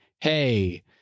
hey